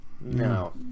No